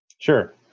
Sure